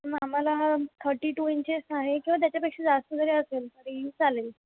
आम्हाला thirty two inches आणि किंवा त्याच्यापेक्षा जास्त जरी असेल तरी चालेल